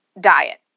diet